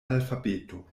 alfabeto